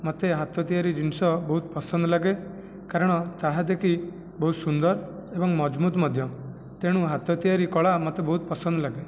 ମୋତେ ହାତ ତିଆରି ଜିନିଷ ବହୁତ ପସନ୍ଦ ଲାଗେ କାରଣ ତାହା ଦେଖି ବହୁତ ସୁନ୍ଦର ଏବଂ ମଜବୁତ୍ ମଧ୍ୟ ତେଣୁ ହାତ ତିଆରି କଳା ମୋତେ ବହୁତ ପସନ୍ଦ ଲାଗେ